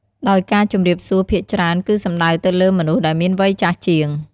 ដោយការជម្រាបសួរភាគច្រើន គឺសំដៅទៅលើមនុស្សដែរមានវ័យចាស់ជាង។